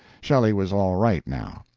shelley was all right now,